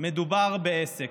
מדובר בעסק.